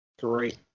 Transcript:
Great